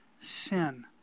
sin